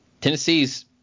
Tennessee's